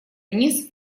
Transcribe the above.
вниз